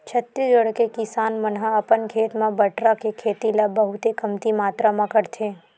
छत्तीसगढ़ के किसान मन ह अपन खेत म बटरा के खेती ल बहुते कमती मातरा म करथे